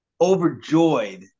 overjoyed